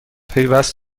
پیوست